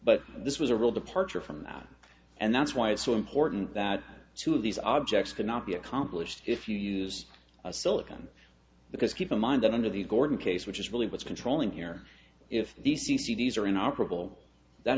but this was a real departure from that and that's why it's so important that two of these objects cannot be accomplished if you use a silicon because keep in mind that under the gordon case which is really what's controlling here if th